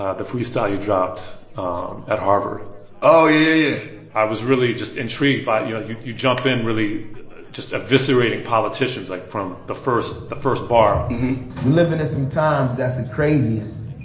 ah the freestyle you dropped um at harvard oh, yeah. yeah i was really just intrigued by you know, you jump in really just eviscerating politicians, like, from the first the first bar living in some times that's the craziest.